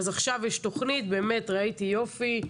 עכשיו יש תוכנית, ראיתי, באמת יופי.